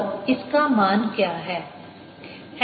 और इसका मान क्या है